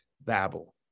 Babel